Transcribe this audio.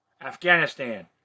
Afghanistan